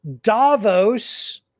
Davos